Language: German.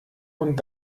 und